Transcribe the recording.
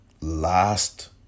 last